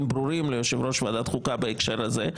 ברורים ליושב-ראש ועדת החוקה בהקשר הזה,